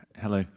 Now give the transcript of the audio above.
hello?